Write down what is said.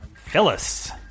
Phyllis